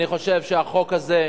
אני חושב שהחוק הזה,